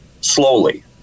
slowly